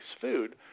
food